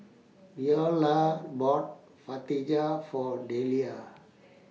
Beaulah bought For Delia